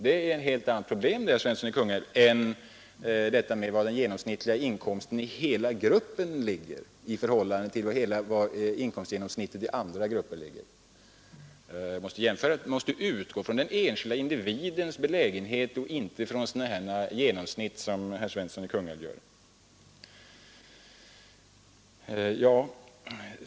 — Det är ett helt annat problem än det som gäller var den genomsnittliga inkomsten för hela gruppen ligger i förhållande till den genomsnittliga inkomsten för andra grupper. Vi måste utgå från den enskilde individens belägenhet och inte från genomsnittet, som herr Svensson i Kungälv gör.